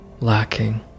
lacking